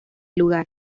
lugar